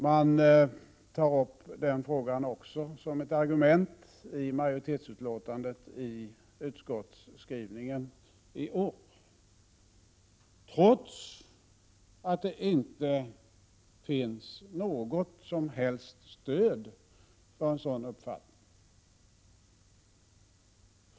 Man tar upp frågan också som ett argument i majoritetsutlåtandet i utskottsskrivningen i år, trots att det inte finns något som helst stöd för en sådan uppfattning.